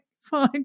fine